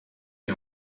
die